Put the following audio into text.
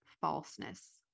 falseness